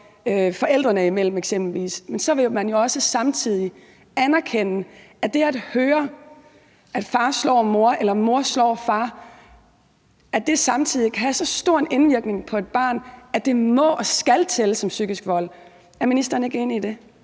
forældrene imellem, eksempelvis, men man vil jo så også samtidig anerkende, at det at høre, at far slår mor eller mor slår far, samtidig kan have så stor en indvirkning på et barn, at det må og skal tælles som psykisk vold. Er ministeren ikke enig i det?